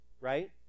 right